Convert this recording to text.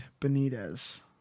Benitez